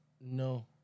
No